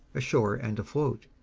ashore and afloat,